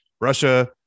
Russia